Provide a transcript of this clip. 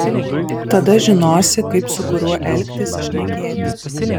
tada žinosi kaip su kuriuo elgtis šnekėti